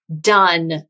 done